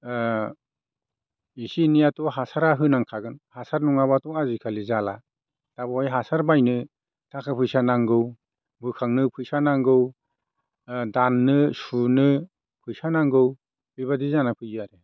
इसे एनैयाथ' हासारा होनांखागोन हासार नङाबाथ' आजिखालि जाला दा बेवहाय हासार बायनो थाखा फैसा नांगौ बोखांनो फैसा नांगौ दाननो सुनो फैसा नांगौ बेबायदि जाना फैयो आरो